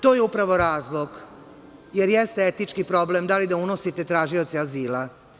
To je upravo razlog, jer jeste etički problem da li da unosite tražioce azila.